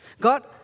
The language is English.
God